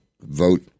vote